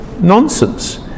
nonsense